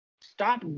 Stop